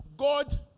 God